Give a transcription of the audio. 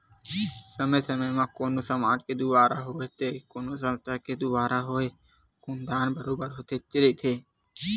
समे समे म कोनो समाज के दुवारा होवय ते कोनो संस्था के दुवारा होवय खून दान बरोबर होतेच रहिथे